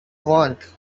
want